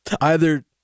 either-